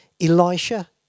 Elisha